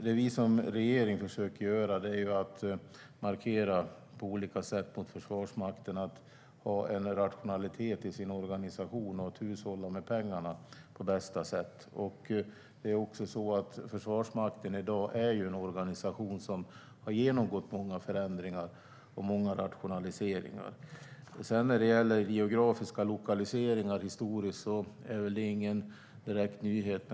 Det vi som regering försöker göra är att på olika sätt markera att Försvarsmakten ska ha en rationalitet i sin organisation och hushålla med pengarna på bästa sätt. Försvarsmakten är i dag en organisation som har genomgått många förändringar och rationaliseringar. Detta med geografiska lokaliseringar är väl historiskt ingen direkt nyhet.